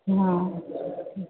हा